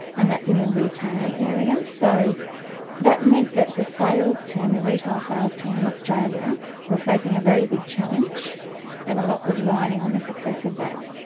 and that's in the retail area. so that meant that the sales team, the retail sales team in australia was facing a very big challenge and a lot was riding on the success of that.